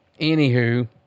anywho